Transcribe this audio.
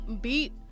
beat